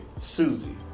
Susie